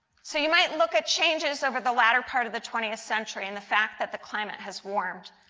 see you might look at changes over the latter part of the twentieth century and the fact that the climate has warmed.